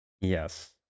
Yes